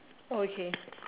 oh okay